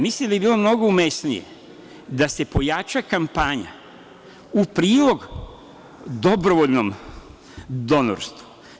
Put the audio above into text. Mislim da bi bilo mnogo umesnije da se pojača kampanja u prilog dobrovoljnom donorstvu.